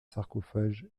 sarcophages